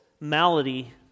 malady